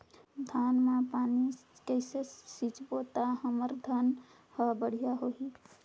धान मा पानी कइसे सिंचबो ता हमर धन हर बढ़िया होही?